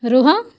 ରୁହ